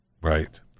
Right